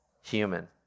human